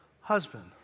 Husband